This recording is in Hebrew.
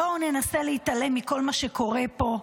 בואו ננסה להתעלם מכל מה שקורה פה,